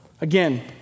Again